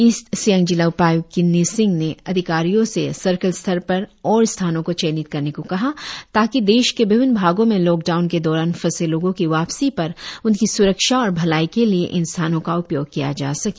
east Siang जिला उपाय्क्त किन्नी सिंह ने अधिकारियों से सर्किल स्तर पर ओर स्थानों को चयनित करने को कहा ताकि देश के विभिन्न भागों में लोकडाउन के दौरान फंसे लोगों के वापसी पर उनकी सुरक्षा और भलाई के लिए इन स्थानों का उपयोग किया जा सके